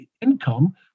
income